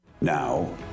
Now